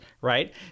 right